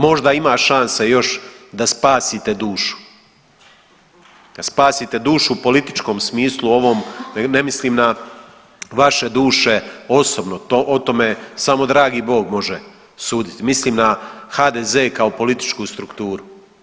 Možda ima šanse još da spasite dušu, da spasite dušu u političkom smislu, ne mislim na vaše duše osobno, o tome samo dragi Bog može sudit, mislim na HDZ kao političku strukturu.